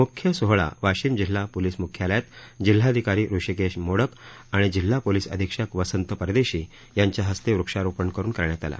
मुख्य सोहळा वाशिम जिल्हा पोलिस म्ख्यालयात जिल्हाधिकारी हृषीकेश मोडक आणि जिल्हा पोलीस अधिक्षक वसंत परदेशी यांच्या हस्ते वृक्षारोपण करून करण्यात आला